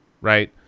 right